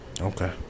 okay